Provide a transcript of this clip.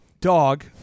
dog